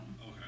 Okay